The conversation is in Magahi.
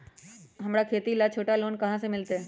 हमरा खेती ला छोटा लोने कहाँ से मिलतै?